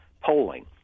polling